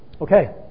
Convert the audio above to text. Okay